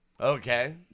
Okay